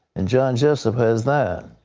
and john jessup has that.